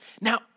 Now